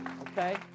okay